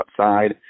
outside